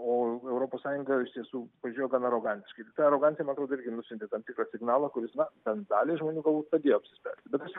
o europos sąjunga iš tiesų pažiūrėjo gan arogantiškai ta arogancija man atrodo atrodo irgi nusiuntė tam tikrą signalą kuris na bent daliai žmonių galbūt padėjo apsispręsti bet aš